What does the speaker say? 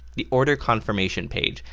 the order confirmation page,